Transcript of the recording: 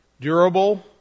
durable